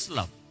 love